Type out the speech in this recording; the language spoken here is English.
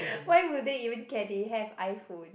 why would they even care they have iPhone